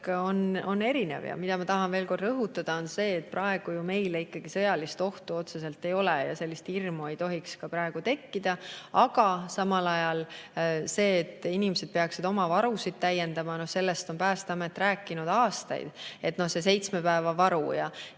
on erinev. Ma tahan veel kord rõhutada, et praegu ju meile ikkagi sõjalist ohtu otseselt ei ole. Sellist hirmu ei tohiks praegu ka tekkida. Aga samal ajal sellest, et inimesed peaksid oma varusid täiendama, on Päästeamet rääkinud aastaid: see seitsme päeva varu ja